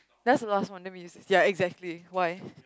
that's the last one then we exactly why